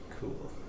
Cool